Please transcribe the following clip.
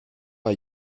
bei